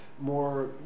more